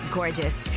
gorgeous